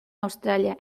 australia